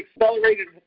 accelerated